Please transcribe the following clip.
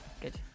good